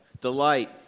Delight